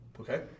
Okay